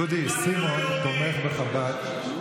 דודי, סימון תומך בחב"ד.